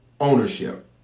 ownership